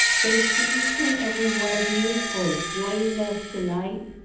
thanks to each and every one of you for joining us tonight.